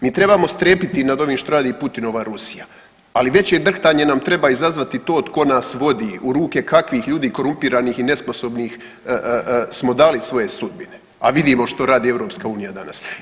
Mi trebamo strepiti nad ovim što radi Putinova Rusija, ali veće drhtanje nam treba izazvati to tko nas vodi u ruke kakvih ljudi korumpiranih i nesposobnih smo dali svoje sudbine, a vidimo što radi EU danas.